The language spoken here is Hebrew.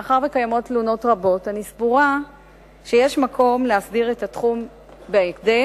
מאחר שקיימות תלונות רבות אני סבורה שיש מקום להסדיר את התחום בהקדם,